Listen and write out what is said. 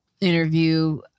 interview